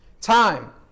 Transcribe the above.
time